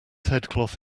headcloth